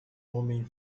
homem